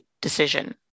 decision